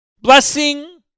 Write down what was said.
blessing